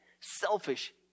selfish